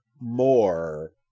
more